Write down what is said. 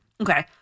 Okay